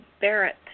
Barrett